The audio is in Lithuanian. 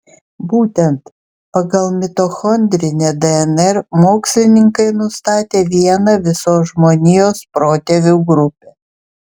būtent pagal mitochondrinę dnr mokslininkai nustatė vieną visos žmonijos protėvių grupę